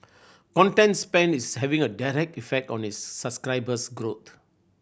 content spend is having a direct effect on its subscriber growth